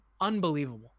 unbelievable